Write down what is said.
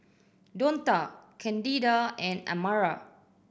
Donta Candida and Amara